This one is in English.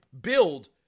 build